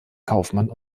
kaufmann